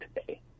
today